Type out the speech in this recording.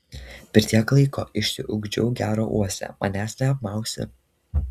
per tiek laiko išsiugdžiau gerą uoslę manęs neapmausi